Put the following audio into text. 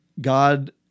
God